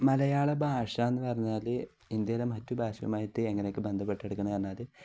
മലയാള ഭാഷ എന്ന് പറഞ്ഞാൽ ഇന്ത്യയിലെ മറ്റു ഭാഷയുമായിട്ട് എങ്ങനെയൊക്കെ ബന്ധപ്പെടുന്നെന്ന് പറഞ്ഞാൽ